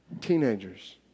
teenagers